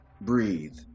breathe